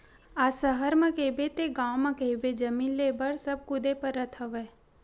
आज सहर म कहिबे ते गाँव म कहिबे जमीन लेय बर सब कुदे परत हवय